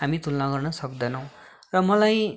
हामी तुलना गर्न सक्दैनौँ र मलाई